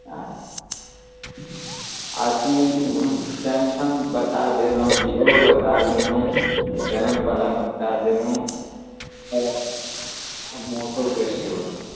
अच्छा अथी सैमसङ्ग बता देलहुँ बीबो बता देलहुँ रैम बला बता देलहुँ हेलो मोटोके सेहो छै